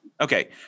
Okay